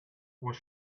was